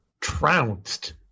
trounced